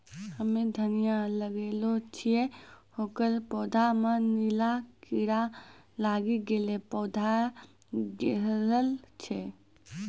हम्मे धनिया लगैलो छियै ओकर पौधा मे नीला कीड़ा लागी गैलै पौधा गैलरहल छै?